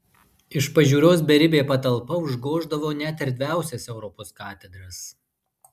iš pažiūros beribė patalpa užgoždavo net erdviausias europos katedras